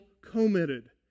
committed